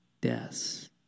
deaths